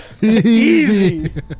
Easy